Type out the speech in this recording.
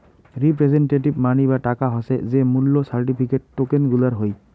representative মানি বা টাকা হসে যে মূল্য সার্টিফিকেট, টোকেন গুলার হই